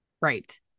Right